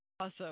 Awesome